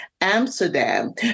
Amsterdam